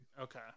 Okay